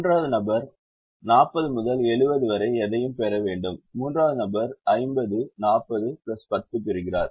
மூன்றாவது நபர் 40 முதல் 70 வரை எதையும் பெற வேண்டும் மூன்றாவது நபர் 50 40 10 பெறுகிறார்